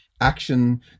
action